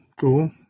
Cool